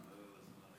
שלוש דקות.